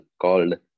called